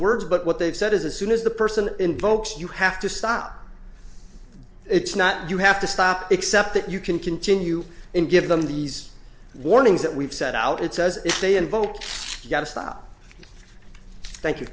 words but what they've said is as soon as the person invokes you have to stop it's not you have to stop except that you can continue and give them these warnings that we've set out it's as if they invoked you gotta stop thank you